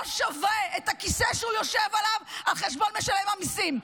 לא שווה את הכיסא שהוא יושב עליו על חשבון משלם המיסים.